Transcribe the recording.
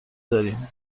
داریم